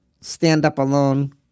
stand-up-alone